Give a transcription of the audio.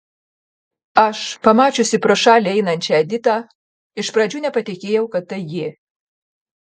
aš pamačiusi pro šalį einančią editą iš pradžių nepatikėjau kad tai ji